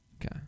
Okay